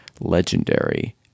legendary